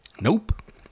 Nope